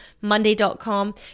Monday.com